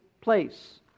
place